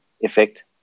effect